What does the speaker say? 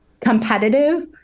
competitive